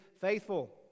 faithful